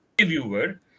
viewer